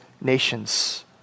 nations